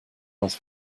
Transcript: was